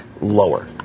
lower